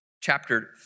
chapter